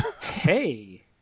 Hey